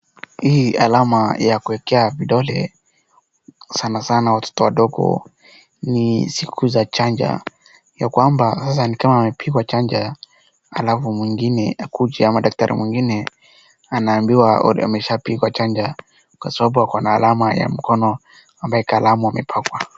Hii alama ya kuekea vidole sana sana watoto wadogo ni siku za chanja ya kwamba sasa ni kama amepigwa chanja alafu mwingine akuje ama daktari mwingine anaambiwa ameshapigwa chanja kwa sababu ako na alama ya mkono ambaye kalamu amepakwa.